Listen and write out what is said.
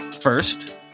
First